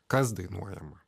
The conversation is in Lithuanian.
kas dainuojama